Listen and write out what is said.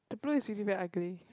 the blue is really very ugly